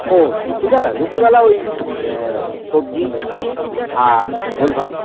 ও দুপুরবেলা দুপুরবেলা ওই সবজি আর ঝোল ভাত